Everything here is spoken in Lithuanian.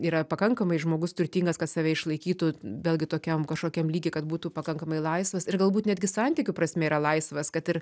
yra pakankamai žmogus turtingas kad save išlaikytų vėlgi tokiam kažkokiam lygį kad būtų pakankamai laisvas ir galbūt netgi santykių prasme yra laisvas kad ir